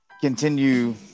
continue